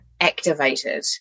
activated